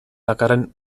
dakarren